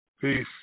Peace